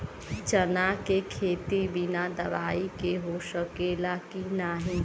चना के खेती बिना दवाई के हो सकेला की नाही?